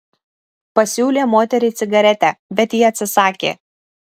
pasiūlė moteriai cigaretę bet ji atsisakė